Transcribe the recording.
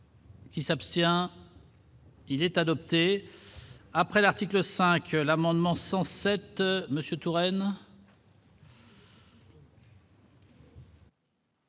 Qui s'abstient. Il est adopté, après l'article 5 l'amendement 107 Monsieur Touraine.